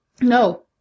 No